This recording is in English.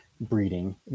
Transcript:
breeding